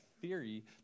theory